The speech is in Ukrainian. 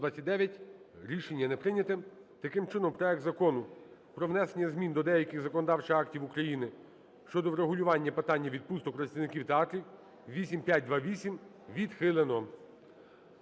Рішення не прийнято. Таким чином проект Закону про внесення змін до деяких законодавчих актів України щодо врегулювання питання відпусток працівників театрів (8528) відхилено.